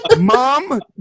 Mom